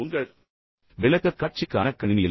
உங்கள் விளக்கக்காட்சிக்கான கணினியில்